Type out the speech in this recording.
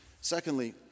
secondly